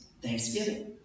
Thanksgiving